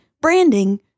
branding